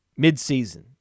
midseason